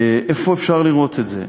איפה אפשר לראות את זה?